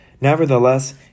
Nevertheless